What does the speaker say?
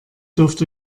dürft